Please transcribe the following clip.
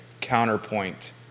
counterpoint